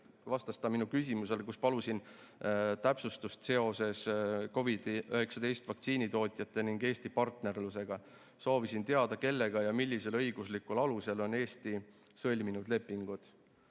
vastas ta minu küsimusele, kus palusin täpsustust seoses COVID-19 vaktsiini tootjate ning Eesti partnerlusega. Soovisin teada, kellega ja millisel õiguslikul alusel on Eesti sõlminud lepingud.